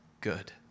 good